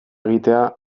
egitea